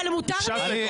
אבל מותר לי?